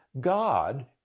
God